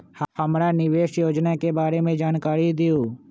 हमरा निवेस योजना के बारे में जानकारी दीउ?